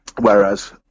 Whereas